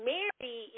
Mary